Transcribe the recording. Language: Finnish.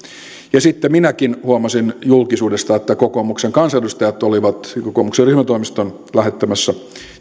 sitten minäkin huomasin julkisuudesta että kokoomuksen kansanedustajat olivat kokoomuksen ryhmätoimiston lähettämässä